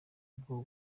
ubwo